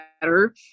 better